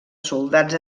soldats